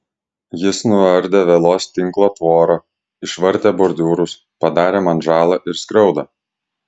jis nuardė vielos tinklo tvorą išvartė bordiūrus padarė man žalą ir skriaudą